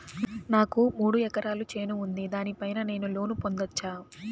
నాకు మూడు ఎకరాలు చేను ఉంది, దాని పైన నేను లోను పొందొచ్చా?